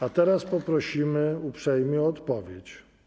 A teraz poprosimy uprzejmie o odpowiedź.